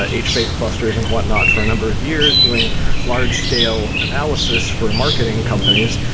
ah hbase clusters and whatnot for a number of years, doing large-scale analysis for marketing companies.